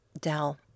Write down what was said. Dell